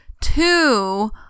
two